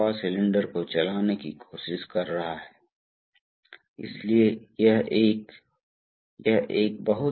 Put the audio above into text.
इसलिए इस क्षेत्र में यह क्षेत्र A1 और A2 से कम होने वाला है इसलिए A2 A1 से अधिक है